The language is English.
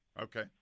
Okay